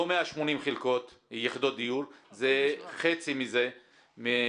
לא 180 יחידות דיור, זה חצי מה-180.